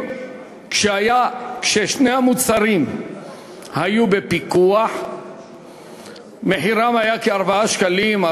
כששני המוצרים היו בפיקוח מחירם היה כ-4 שקלים,